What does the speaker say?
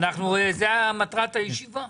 זו מטרת הישיבה.